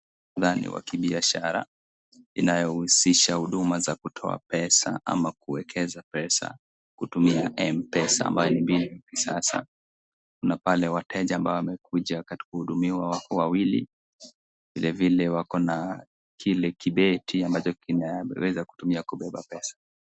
Mtaa ni wa kibiashara, inayohusisha huduma za kutoa pesa ama kuekeza pesa, kutumia m-pesa, ambayo ni mbinu ya kisasa. Kuna pale wateja ambao wamekuja katika kuhudumiwa wako wawili, vile vile wako na kile kibeti ambacho kinaweza kutumia kubeba pesa.